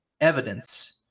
evidence